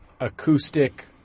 acoustic